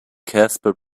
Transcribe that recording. casper